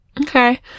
Okay